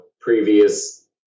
previous